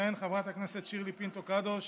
תכהן חברת הכנסת שירלי פינטו קדוש